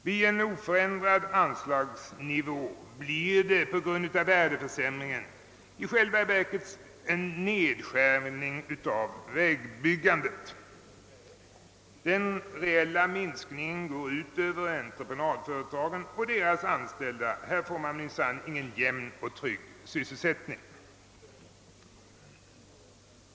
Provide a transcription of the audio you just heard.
Vid en oförändrad anslagsnivå blir det på grund av penningvärdeförsämringen i själva verket en nedskärning av vägbyggandet. Den reella minskningen går ut över entreprenadföretagen och deras anställda. Här får man minsann ingen jämn och trygg sysselsättning.